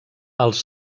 els